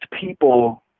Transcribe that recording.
people